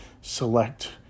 select